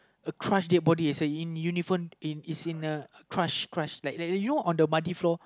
a crushed dead body it say in it's in a crush crush like like you know on the muddy floor